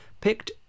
picked